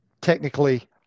technically